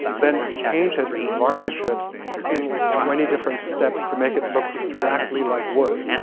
then paint it and varnish it in like twenty different steps to make it look exactly like wood.